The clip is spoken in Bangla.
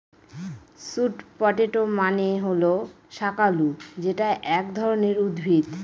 স্যুট পটেটো মানে হল শাকালু যেটা এক ধরনের উদ্ভিদ